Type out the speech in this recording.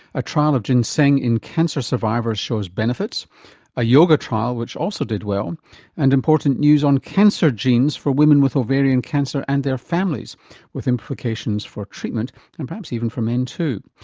a trial of ginseng in cancer survivors shows benefits a yoga trial which also did well and important news on cancer genes for women with ovarian cancer and their families with implications for treatment and perhaps even for men too.